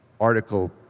article